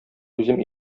үзем